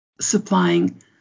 supplying